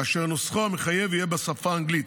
כאשר נוסחו המחייב יהיה בשפה האנגלית.